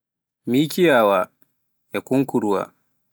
mikiyawaa e kunkuruwa